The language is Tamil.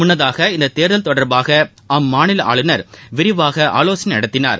முன்னதாகஇந்ததேர்தல்தொடர்பாகஅம்மாநிலஆளுநர்விரிவாகஆலோசனைநட்த்தி னார்